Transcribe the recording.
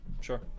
Sure